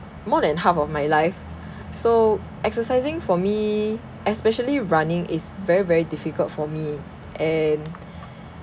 more than half of my life so exercising for me especially running is very very difficult for me and